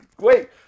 Wait